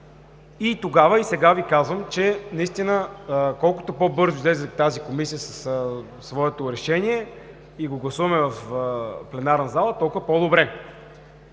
И тогава, и сега Ви казвам, че колкото по-бързо излезе тази Комисия със своето решение и го гласуваме в пленарната зала, толкова по-добре!